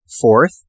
Fourth